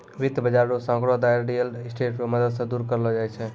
वित्त बाजार रो सांकड़ो दायरा रियल स्टेट रो मदद से दूर करलो जाय छै